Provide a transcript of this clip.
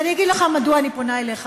ואני אגיד לך מדוע אני פונה אליך,